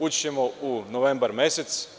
Ući ćemo u novembar mesec.